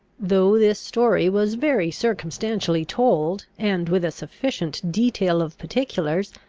though this story was very circumstantially told, and with a sufficient detail of particulars,